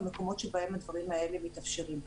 המקומות בהם הדברים האלה מתאפשרים.